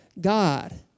God